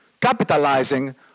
capitalizing